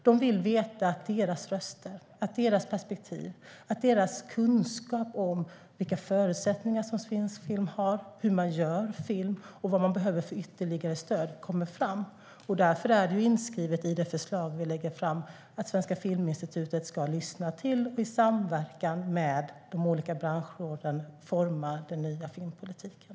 De vill veta att deras röster, deras perspektiv och deras kunskap om vilka förutsättningar svensk film har, hur man gör film och vad man behöver för ytterligare stöd kommer fram. Därför är det inskrivet i det förslag vi lägger fram att Svenska Filministutet ska lyssna till och i samverkan med de olika branschråden forma den nya filmpolitiken.